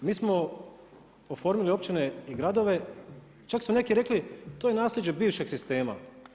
Mi smo oformili općine i gradove, čak su neki rekli to je naslijeđe bivšeg sistema.